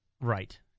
Right